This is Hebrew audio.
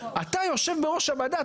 אתה יושב בראש הוועדה,